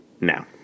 now